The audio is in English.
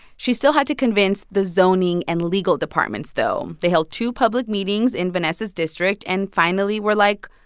she still had to convince the zoning and legal departments, though. they held two public meetings in vanessa's district and finally were like,